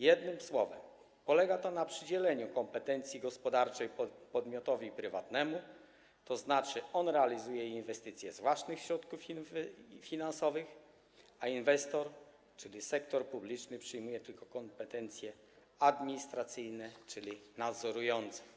Jednym słowem, polega to na przydzieleniu kompetencji gospodarczej podmiotowi prywatnemu, co znaczy, że realizuje on inwestycje z własnych środków finansowych, a inwestor, czyli sektor publiczny, przyjmuje tylko kompetencje administracyjne, czyli nadzorcze.